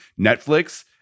Netflix